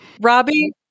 Robbie